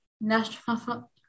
National